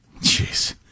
Jeez